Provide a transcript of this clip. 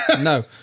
No